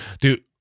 dude